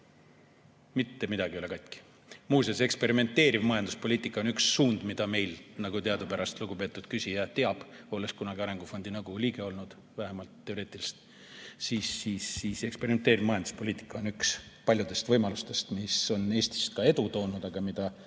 Mitte midagi ei ole katki. Muuseas, eksperimenteeriv majanduspoliitika on üks suund, mis meil, nagu teadupärast lugupeetud küsija teab, olles kunagi arengufondi nõukogu liige olnud, vähemalt teoreetiliselt, on olnud üks paljudest võimalustest, mis on Eestis ka edu toonud, aga mida